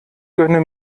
gönne